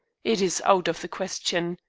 it is out of the question.